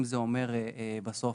אם זה אומר, בסוף,